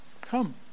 come